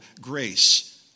grace